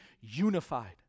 unified